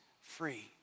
free